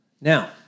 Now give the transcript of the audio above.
Now